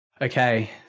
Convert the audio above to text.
Okay